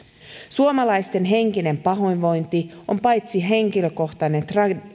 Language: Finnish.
suomalaisten henkinen pahoinvointi on paitsi henkilökohtainen